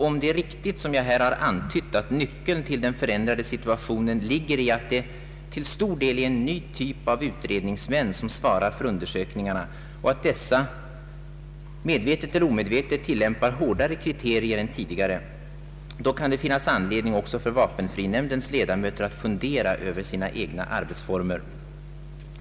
Om det är riktigt som jag här har antytt, nämligen att nyckeln till den förändrade situationen ligger i att en ny typ av utredningsmän svarar för undersökningarna och att dessa medvetet eller omedvetet tillämpar hårdare kriterier än tidigare, kan det finnas anledning också för vapenfrinämndens ledamöter att fundera över sina egna arbetsformer.